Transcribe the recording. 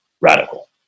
radical